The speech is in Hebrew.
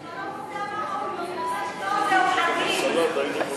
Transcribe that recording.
הצעת חוק סדר הדין הפלילי (סמכויות אכיפה, מעצרים)